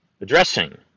addressing